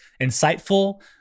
insightful